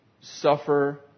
suffer